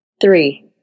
Three